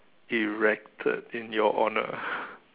erected in your honor